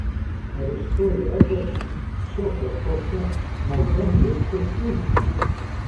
ar iš to yra bent šiokia tokia nauda miesto iždui